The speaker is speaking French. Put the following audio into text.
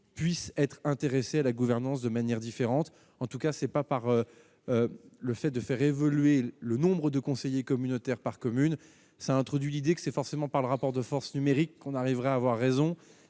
puissent être intéressé à la gouvernance de manière différente, en tout cas c'est pas par le fait de faire évoluer le nombre de conseillers communautaires par commune, ça introduit l'idée que c'est forcément par le rapport de force numérique qu'on arrivera à avoir raison